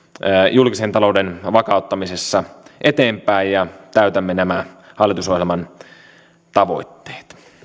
julkisen talouden vakauttamisessa eteenpäin ja täytämme nämä hallitusohjelman tavoitteet